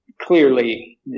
Clearly